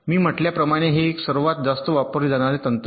मी म्हटल्याप्रमाणे हे एक आहे सर्वात जास्त वापरले जाणारे तंत्र